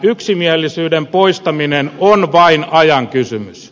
yksimielisyyden poistaminen on vain ajan kysymys